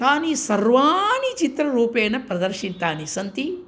तानि सर्वाणि चित्ररूपेण प्रदर्शितानि सन्ति